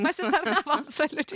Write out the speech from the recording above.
pasitarnavo absoliučiai